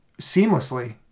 seamlessly